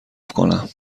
کنم